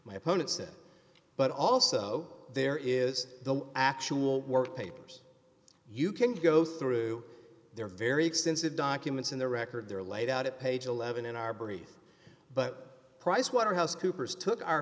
my opponent said but also there is the actual work papers you can go through there are very extensive documents in the record there laid out at page eleven in our brief but pricewaterhouse coopers took our